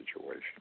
situation